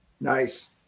Nice